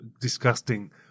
disgusting